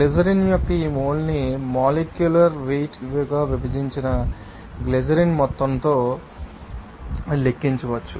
glycerin యొక్క ఈ మోల్ను మొలేక్యూలర్ వెయిట్ విభజించిన గ్లిజరిన్ మొత్తంతో లెక్కించవచ్చు